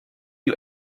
you